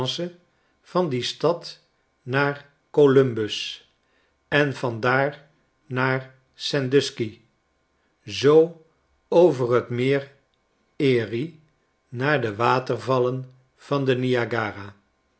van die stad naar columbus en van daar naar sandusky zoo over t meer erie naar de watervallen van den niagara